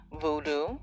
Voodoo